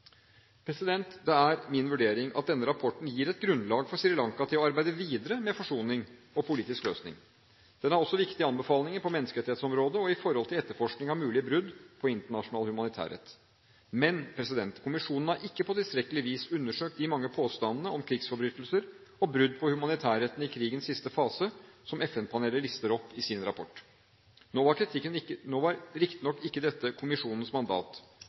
Det er min vurdering at denne rapporten gir et grunnlag for Sri Lanka til å arbeide videre med forsoning og politisk løsning. Den har også viktige anbefalinger på menneskerettighetsområdet og i forhold til etterforskning av mulige brudd på internasjonal humanitærrett. Men kommisjonen har ikke på tilstrekkelig vis undersøkt de mange påstandene om krigsforbrytelser og brudd på humanitærretten i krigens siste fase, som FN-panelet lister opp i sin rapport. Nå var riktignok ikke dette kommisjonens mandat. Sri Lankas regjering må derfor grundig følge opp og iverksette anbefalingene i kommisjonens